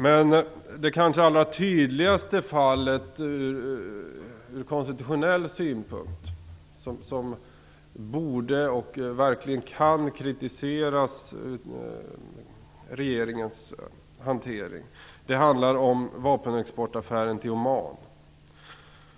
Men det kanske allra tydligaste fallet, där regeringens hantering borde och verkligen kan kritiseras ur konstitutionell synpunkt, handlar om vapenexportaffären med Oman.